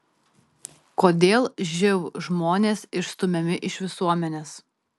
kodėl živ žmonės išstumiami iš visuomenės